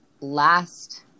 last